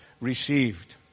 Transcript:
received